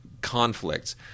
conflicts